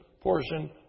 portion